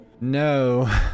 No